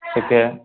okay